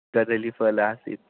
कदलीफलम् आसीत्